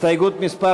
הסתייגות מס'